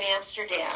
Amsterdam